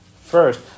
first